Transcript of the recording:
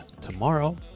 tomorrow